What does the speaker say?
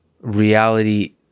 reality